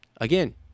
Again